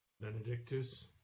Benedictus